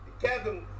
Kevin